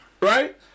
Right